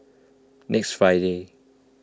next Friday